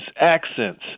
accents